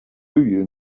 you